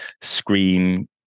screen